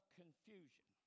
confusion